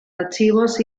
archivos